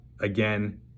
again